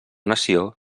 nació